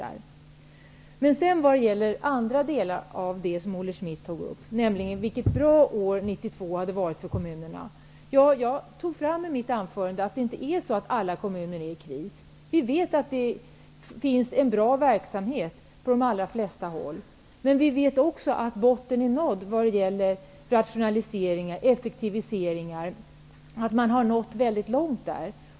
Olle Schmidt talade om vilket bra år 1992 hade varit för kommunerna. Jag tog i mitt anförande upp att inte alla kommuner är i kris. Vi vet att det finns en bra verksamhet på de allra flesta håll. Vi vet också att botten är nådd vad gäller rationaliseringar och effektiviseringar. Man har nått långt där.